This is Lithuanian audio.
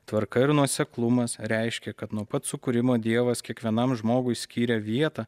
tvarka ir nuoseklumas reiškia kad nuo pat sukūrimo dievas kiekvienam žmogui skyrė vietą